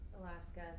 Alaska